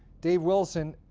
dave wilson,